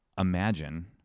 imagine